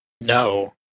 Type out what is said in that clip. No